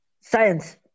Science